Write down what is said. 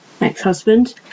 ex-husband